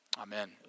amen